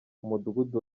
umudugudu